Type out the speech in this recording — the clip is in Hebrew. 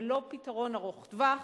זה לא פתרון ארוך-טווח.